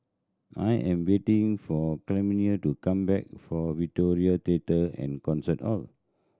I am waiting for Clemie to come back from Victoria Theatre and Concert Hall